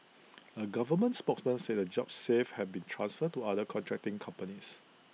A government spokesman said the jobs saved had been transferred to other contracting companies